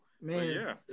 Man